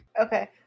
Okay